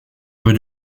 peu